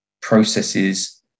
processes